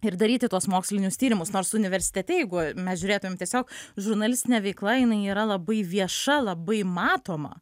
ir daryti tuos mokslinius tyrimus nors universitete jeigu mes žiūrėtumėm tiesiog žurnalistine veikla jinai yra labai vieša labai matoma